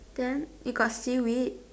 then it got seaweed